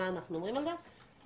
מה אנחנו אומרים על זה עד